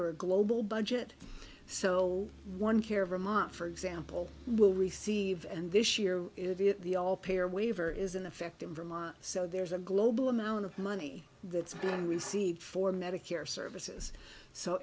or global budget so one care vermont for example will receive and this year the all payer waiver is in effect in vermont so there's a global amount of money that's been received for medicare services so